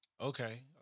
Okay